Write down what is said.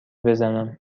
بزنم